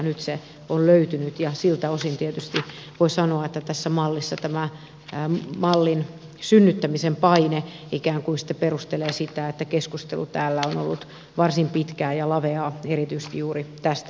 nyt se on löytynyt ja siltä osin tietysti voi sanoa että tässä tämä mallin synnyttämisen paine ikään kuin perustelee sitä että keskustelu täällä on ollut varsin pitkää ja laveaa erityisesti juuri tästä seikasta